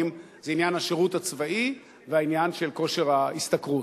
הן עניין השירות הצבאי והעניין של כושר ההשתכרות.